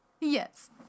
Yes